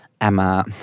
Emma